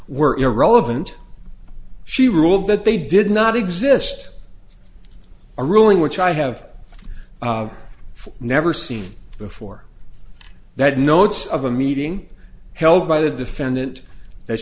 were irrelevant she ruled that they did not exist a ruling which i have never seen before that notes of a meeting held by the defendant that